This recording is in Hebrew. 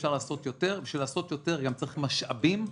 ובשביל לעשות יותר צריך משאבים.